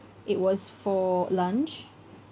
it was for lunch